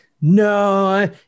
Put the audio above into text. no